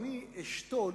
אני אשתול